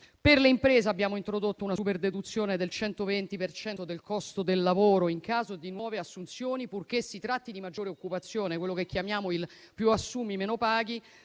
Per le imprese, abbiamo introdotto una superdeduzione del 120 per cento del costo del lavoro in caso di nuove assunzioni, purché si tratti di maggiore occupazione, quello che chiamiamo il "più assumi meno paghi",